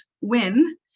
win